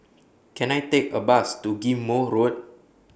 Can I Take A Bus to Ghim Moh Road